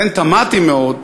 לכן תמהתי מאוד,